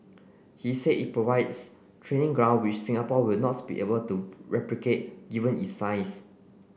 he say it provides training ground which Singapore will not be able to replicate given its size